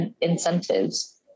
incentives